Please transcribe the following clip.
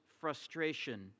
frustration